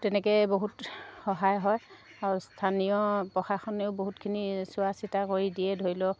তেনেকেই বহুত সহায় হয় আৰু স্থানীয় প্ৰশাসনেও বহুতখিনি চোৱা চিতা কৰি দিয়ে ধৰি লওক